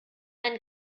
einen